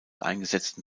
eingesetzten